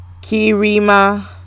Kirima